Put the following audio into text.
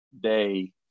day